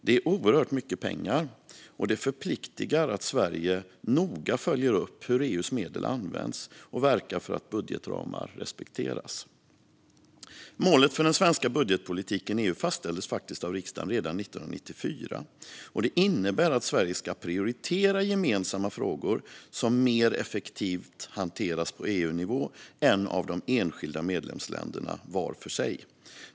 Det är oerhört mycket pengar, och Sverige förpliktas att noga följa upp hur EU:s medel används och att verka för att budgetramar respekteras. Målet för den svenska budgetpolitiken i EU fastställdes faktiskt av riksdagen redan 1994, och det innebär att Sverige ska prioritera gemensamma frågor som hanteras mer effektivt på EU-nivå än av de enskilda medlemsländerna var för sig.